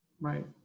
Right